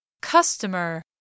customer